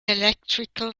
electrical